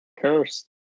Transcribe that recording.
Cursed